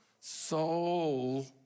soul